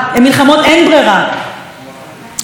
רק כשחייבים להגן על המדינה וחייבים להגן על הבית,